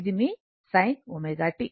ఇది మీ sin ω t